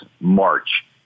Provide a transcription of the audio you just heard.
March